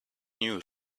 new